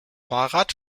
fahrrad